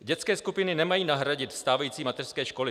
Dětské skupiny nemají nahradit stávající mateřské školy.